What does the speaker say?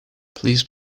please